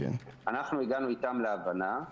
אנחנו הגענו איתם להבנה.